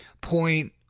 point